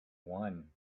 won